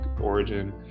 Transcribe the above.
origin